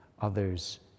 others